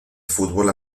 fútbol